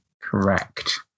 Correct